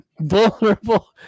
vulnerable